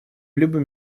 любым